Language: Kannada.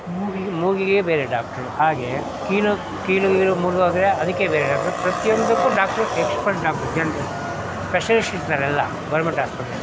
ಮೂಗಿಗೆ ಮೂಗಿಗೆ ಬೇರೆ ಡಾಕ್ಟ್ರು ಹಾಗೆ ಕೀಲು ಕೀಲು ಗೀಲು ಮುರಿದೋದ್ರೆ ಅದಕ್ಕೆ ಬೇರೆ ಡಾಕ್ಟ್ರು ಪ್ರತಿಯೊಂದಕ್ಕೂ doctor expert doctor general specialist ಇರ್ತಾರೆಲ್ಲ ಗೌರ್ಮೆಂಟ್ ಆಸ್ಪೆಟ್ಲಲ್ಲಿ